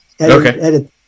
okay